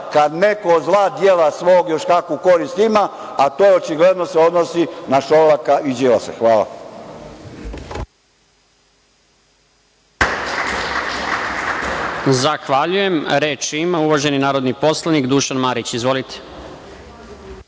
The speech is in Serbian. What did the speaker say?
kad neko od zla dela svog još kakvu korist ima, a to se očigledno odnosi na Šolaka i Đilasa. Hvala.